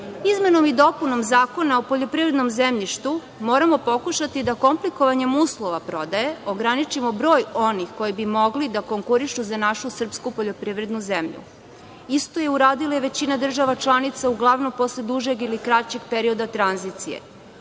i dopunom Zakona o poljoprivrednom zemljištu moramo pokušati da komplikovanjem uslova prodaje ograničimo broj onih koji bi mogli da konkurišu za našu srpsku poljoprivrednu zemlju. Isto je uradila i većina država članica uglavnom posle dužeg ili kraćeg perioda tranzicije.